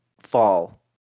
fall